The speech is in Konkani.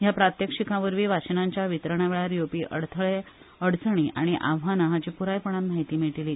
ह्या प्रात्यक्षिकावरवी वाशिनांच्या वितरणावेळार येवपी अडथळे अडचणी आनी आव्हाना हांची पुरायपणान म्हायती मेळटली